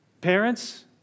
Parents